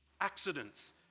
accidents